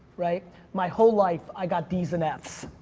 right? my whole life, i got ds and fs,